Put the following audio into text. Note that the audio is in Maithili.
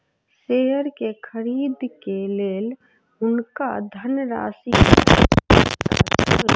शेयर के खरीद के लेल हुनका धनराशि के आवश्यकता छल